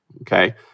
Okay